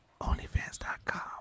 OnlyFans.com